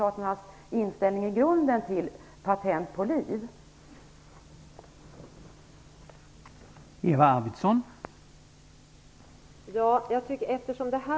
Jag skulle vara glad om Eva Arvidsson ville säga någonting om det.